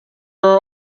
are